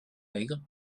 maigre